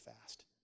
fast